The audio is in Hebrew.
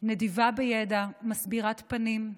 נדיבה בידע, מסבירת פנים,